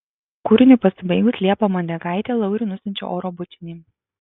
kūriniui pasibaigus liepa mondeikaitė lauriui nusiunčia oro bučinį